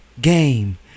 game